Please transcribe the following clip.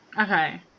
Okay